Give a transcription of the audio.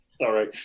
Sorry